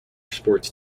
sports